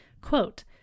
Quote